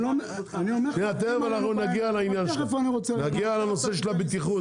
נגיע לנושא של הבטיחות,